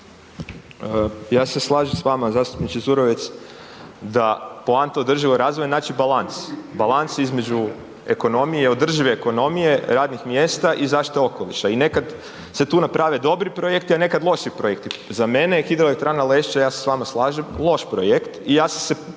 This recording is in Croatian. Ja se slažem s vama zastupniče Zurovec da poanta održivog razvoja znači balans, balans između ekonomije i održive ekonomije radnih mjesta i zaštite okoliša i nekad se tu naprave dobri projekti, a nekad loši projekti. Za mene je Hidroelektrana Lešće, ja se s vama slažem, loš projekt